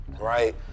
Right